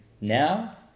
Now